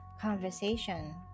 conversation